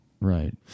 Right